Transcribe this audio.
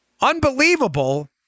Unbelievable